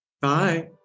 bye